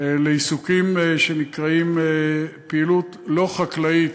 לעיסוקים שנקראים "פעילות לא חקלאית",